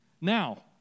Now